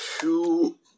two